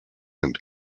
and